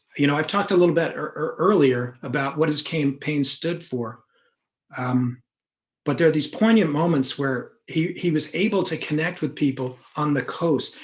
you know i've talked a little bit er earlier about what his campaign stood for um but there are these poignant moments where he he was able to connect with people on the coast.